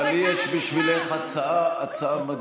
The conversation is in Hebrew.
חברת הכנסת יזבק, לי יש בשבילך הצעה מדהימה.